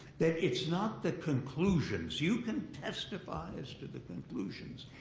that it's not the conclusions. you can testify as to the conclusions.